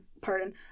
pardon